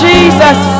Jesus